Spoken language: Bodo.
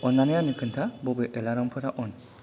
अन्नानै आंनो खोन्था बबे एलारामफोरा अन